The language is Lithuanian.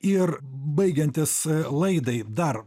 ir baigiantis laidai dar